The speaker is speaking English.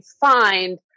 find